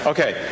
Okay